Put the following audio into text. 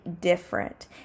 different